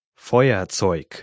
Feuerzeug